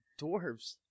dwarves